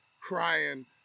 crying